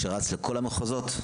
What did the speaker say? שרץ לכל המחוזות?